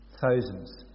thousands